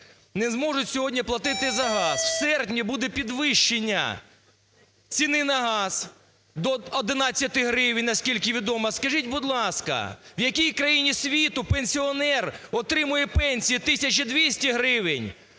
не зможуть сьогодні платити за газ. В серпні буде підвищення ціни на газ до 11 гривень, наскільки відомо. Скажіть, будь ласка, в якій країні світу пенсіонер отримує пенсію 1200 гривень,